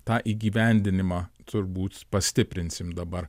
tą įgyvendinimą turbūt pastiprinsim dabar